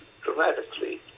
dramatically